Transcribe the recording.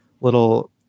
little